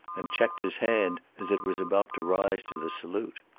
and checked his hand as it was about to rise to the salute.